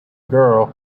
girl